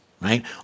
right